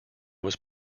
was